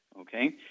Okay